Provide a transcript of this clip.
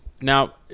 Now